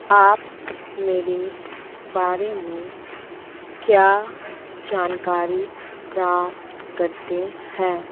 आप मेरे बारे में क्या जानकारी प्राप्त करते हैं